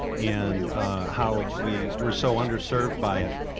and how we were so underserved by it.